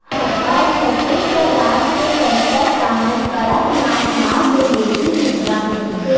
हमर छत्तीसगढ़ राज के बस्तर डाहर कड़कनाथ नाँव के देसी कुकरा मिलथे